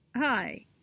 Hi